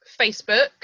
facebook